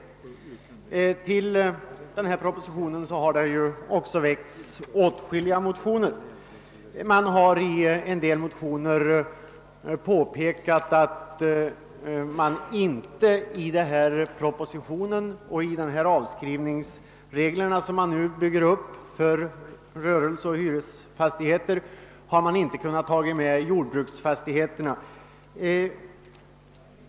I anslutning till denna proposition har det också väckts åtskilliga motioner. I en del av dem har det påpekats, att i de avskrivningsregler som nu byggs upp för rörelseoch hyresfastigheter har man inte kunnat ta med jordbruksfastigheterna.